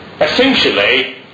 Essentially